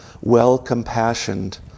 well-compassioned